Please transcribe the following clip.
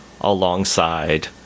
alongside